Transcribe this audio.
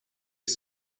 ich